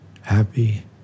happy